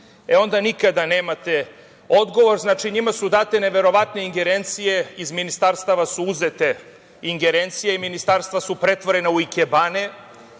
e onda nikada nemate odgovor. Znači, njima su date neverovatne ingerencije. Iz ministarstva su uzete ingerencije i ministarstva su pretvorene u ikebane,